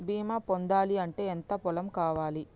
బీమా పొందాలి అంటే ఎంత పొలం కావాలి?